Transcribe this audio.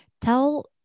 tell